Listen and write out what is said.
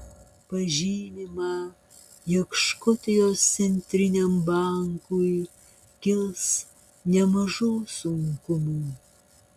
pažymima jog škotijos centriniam bankui kils nemažų sunkumų